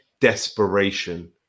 desperation